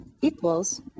equals